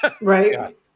right